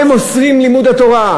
הם אוסרים את לימוד התורה,